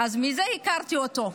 כך הכרתי אותו.